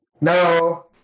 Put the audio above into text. No